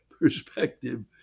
perspective